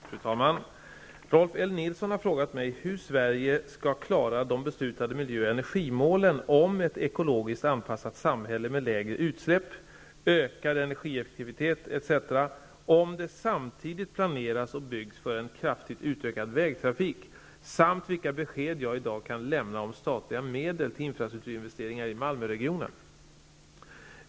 Fru talman! Rolf L. Nilson har frågat mig hur Sverige skall klara de beslutade miljö och energimålen om ett ekologiskt anpassat samhälle med lägre utsläpp, ökad energieffektivitet etc. om det samtidigt planeras och byggs för en kraftigt utökad vägtrafik samt vilka besked jag i dag kan lämna om statliga medel till infrastrukturinvesteringar i Malmöregionen.